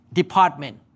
department